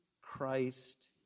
Christ